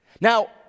Now